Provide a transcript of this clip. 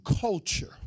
culture